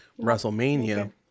WrestleMania